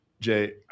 Jay